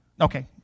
Okay